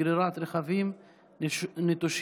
גרירת רכבים נטושים),